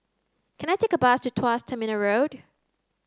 can I take a bus to Tuas Terminal Road